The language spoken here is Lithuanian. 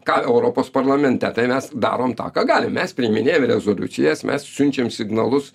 ką europos parlamente tai mes darom tą ką galim mes priiminėjam rezoliucijas mes siunčiam signalus